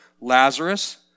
Lazarus